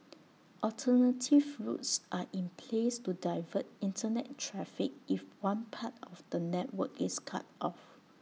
alternative routes are in place to divert Internet traffic if one part of the network is cut off